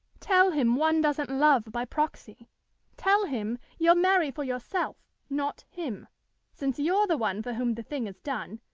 tell him one doesn't love by proxy tell him you'll marry for yourself, not him since you're the one for whom the thing is done,